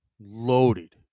Loaded